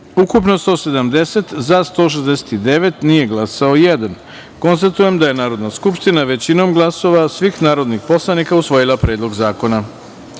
ukupno – 170, za – 169, nije glasao jedan. Konstatujem da je Narodna skupština većinom glasova svih narodnih poslanika usvojila Predlog zakona. Osma